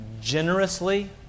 Generously